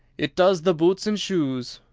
it does the boots and shoes,